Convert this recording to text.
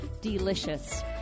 Delicious